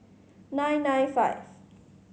nine nine five